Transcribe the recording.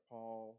Paul